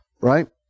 right